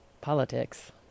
politics